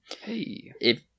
Hey